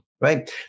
right